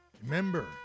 Remember